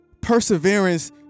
Perseverance